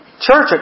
church